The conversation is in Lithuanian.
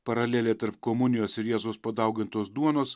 paralelė tarp komunijos ir jėzus padaugintos duonos